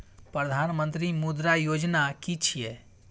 प्रधानमंत्री मुद्रा योजना कि छिए?